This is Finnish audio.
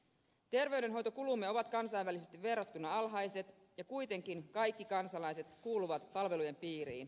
terveydenhoitokulumme ovat kansainvälisesti verrattuna alhaiset ja kuitenkin kaikki kansalaiset kuuluvat palvelujen piiriin